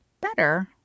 better